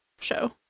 show